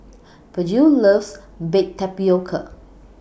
Virgil loves Baked Tapioca